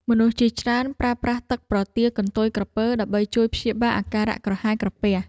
មនុស្សជាច្រើនប្រើប្រាស់ទឹកប្រទាលកន្ទុយក្រពើដើម្បីជួយព្យាបាលអាការៈក្រហាយក្រពះ។